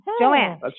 Joanne